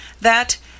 that